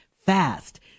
fast